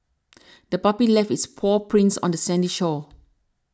the puppy left its paw prints on the sandy shore